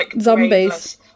zombies